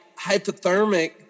hypothermic